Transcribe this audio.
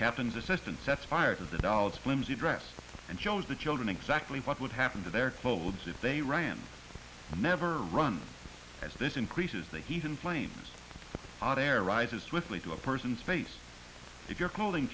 captain's assistant sets fire to the dolls flimsy dress and shows the children exactly what would happen to their clothes if they ran never run as this increases the heat and flames on air rises swiftly to a person's face if your cooling